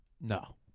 No